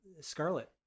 Scarlet